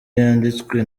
yanditswe